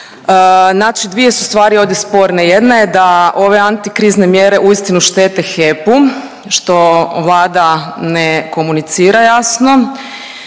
Znači dvije su stvari ovdje sporne, jedna je da ove antikrizne mjere uistinu štete HEP-u što Vlada ne komunicira jasno